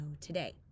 today